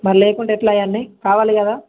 మరి లేకుంటే ఎలా ఇవన్నీ కావాలి కదా